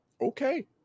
Okay